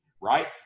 right